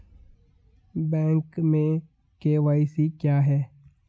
Bank में KYC क्या है?